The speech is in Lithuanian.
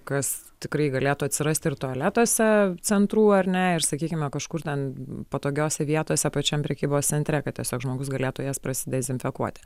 kas tikrai galėtų atsirasti ir tualetuose centrų ar ne ir sakykime kažkur ten patogiose vietose pačiam prekybos centre kad tiesiog žmogus galėtų jas prasidezinfekuoti